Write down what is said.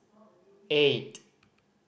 eight